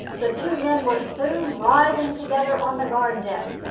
the two men were soon writhing together on the guard deck,